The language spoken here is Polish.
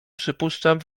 przypuszczam